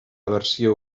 versió